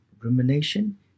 rumination